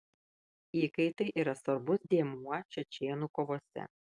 įkaitai yra svarbus dėmuo čečėnų kovose